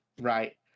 right